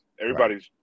everybody's